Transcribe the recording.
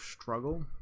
struggle